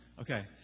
Okay